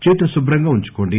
చేతులు శుభ్రంగా ఉంచుకోండి